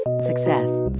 Success